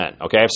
Okay